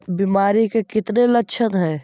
बीमारी के कितने लक्षण हैं?